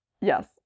yes